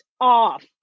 off